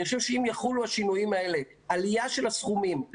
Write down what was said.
אני חושב שאם יחולו שינויים: עליה של הסכומים,